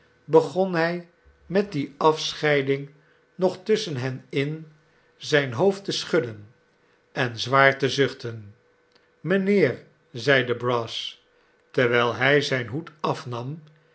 begon hij met die afscheiding nog tusschen hen in zijn hoofd te schudden en zwaar te zuchten mijnheer zeide brass terwijl hij zijn hoed afnam